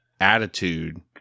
attitude